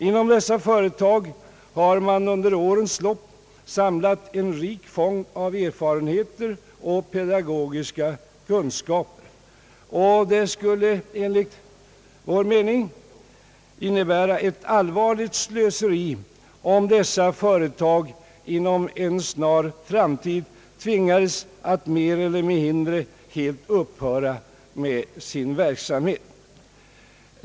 Inom dessa företag har man under årens lopp samlat en rik fond av erfarenheter och pedagogiska kunskaper. Det skulle enligt vår mening innebära ett allvarligt slöseri om dessa företag inom en snar framtid tvingades mer eller mindre helt upphöra med sin verksamhet.